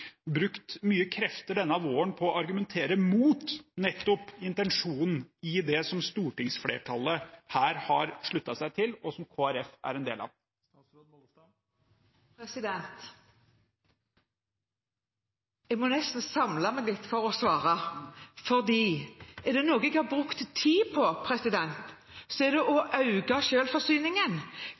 brukt mye krefter denne våren på å argumentere mot nettopp intensjonen i det som stortingsflertallet her har sluttet seg til, og som Kristelig Folkeparti er en del av? Jeg må nesten samle meg litt for å svare, for er det noe jeg har brukt tid på, er det å